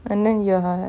and then you are